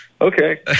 okay